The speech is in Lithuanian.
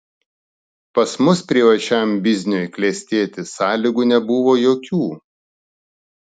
pas mus privačiam bizniui klestėti sąlygų nebuvo jokių